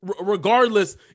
Regardless